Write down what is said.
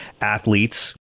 athletes